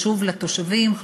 חשוב לתושבים,